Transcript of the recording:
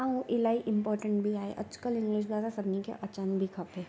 ऐं इलाही इंपॉटेंट बि आहे अॼुकल्ह इंग्लिश ज़्यादा सभिनी खे अचण बि खपे